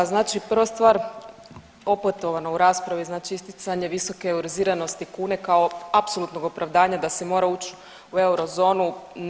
Znači prva stvar opetovano u raspravi, znači isticanje visoke euroiziranosti kune kao apsolutnog opravdanja da se mora ući u eurozonu.